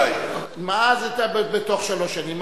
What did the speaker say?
מה זה בתוך שלוש שנים?